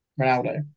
Ronaldo